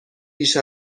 بیش